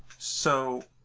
so